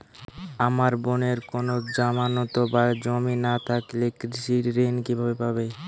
আমার বোনের কোন জামানত বা জমি না থাকলে কৃষি ঋণ কিভাবে পাবে?